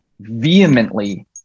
vehemently